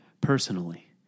personally